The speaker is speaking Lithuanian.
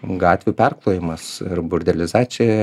gatvių perklojimas ir burdelizacija